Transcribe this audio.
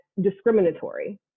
discriminatory